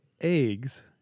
eggs